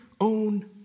own